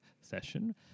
session